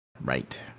Right